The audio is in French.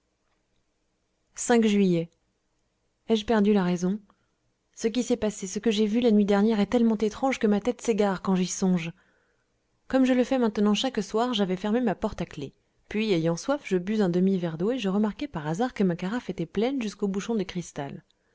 juillet ai-je perdu la raison ce qui s'est passé ce que j'ai vu la nuit dernière est tellement étrange que ma tête s'égare quand j'y songe comme je le fais maintenant chaque soir j'avais fermé ma porte à clef puis ayant soif je bus un demi-verre d'eau et je remarquai par hasard que ma carafe était pleine jusqu'au bouchon de cristal